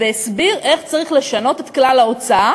והסביר איך צריך לשנות את כלל ההוצאה